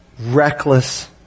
reckless